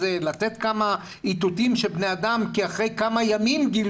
לתת כמה איתותים של בני אדם כי גילו אותם אחרי כמה ימים.